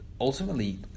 ultimately